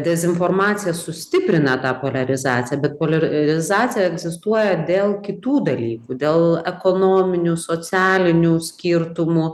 dezinformacija sustiprina tą poliarizaciją bet poliarizacija egzistuoja dėl kitų dalykų dėl ekonominių socialinių skirtumų